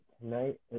tonight